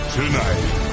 tonight